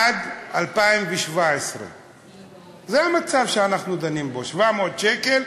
עד 2017. זה המצב שאנחנו דנים בו, 700 שקל,